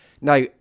Now